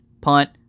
punt